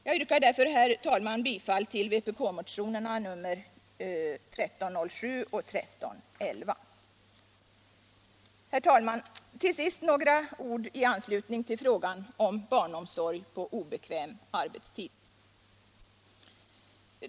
Jag yrkar bifall till vpk-motionerna 1976/77:1307 och 1311 samt till det särskilda yrkande som jag inledningsvis nämnde. Herr talman! Till sist vill jag säga några ord i anslutning till frågan om barnomsorg på obekväm arbetstid.